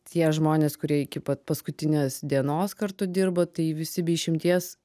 tie žmonės kurie iki pat paskutinės dienos kartu dirbo tai visi be išimties